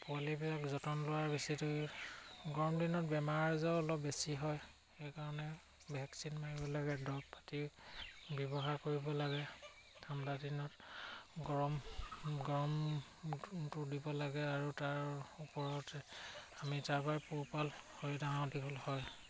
পোৱালিবিলাক যতন লোৱাৰ গৰম দিনত বেমাৰ আজাৰো অলপ বেছি হয় সেইকাৰণে ভেকচিন মাৰিব লাগে দৰৱ পাতি ব্যৱহাৰ কৰিব লাগে ঠাণ্ডা দিনত গৰম দিব লাগে আৰু তাৰ ওপৰত আমি তাৰ পৰা পোহপাল হৈ ডাঙৰ দীঘল হয়